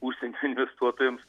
užsienio investuotojams